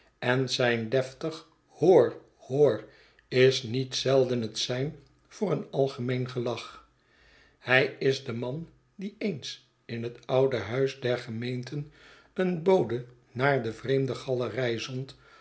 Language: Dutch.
en zijn deftig hoor hoor is nietzelden het sein voor een algemeen gelach hij is de man die eens in het oude huis der gemeenten een bode naar de vreemdengalerij zond